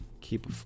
keep